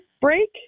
break